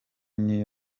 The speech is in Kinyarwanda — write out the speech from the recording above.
new